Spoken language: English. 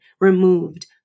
removed